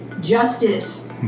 Justice